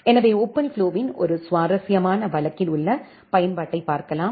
எனவே ஓபன்ஃப்ளோவின் ஒரு சுவாரஸ்யமான வழக்கத்தில் உள்ள பயன்பாட்டை பார்க்கலாம்